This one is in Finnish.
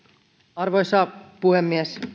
arvoisa puhemies